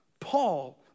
Paul